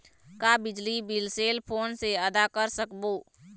का बिजली bill cell phone से आदा कर सकबो?